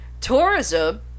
tourism